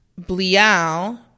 Blial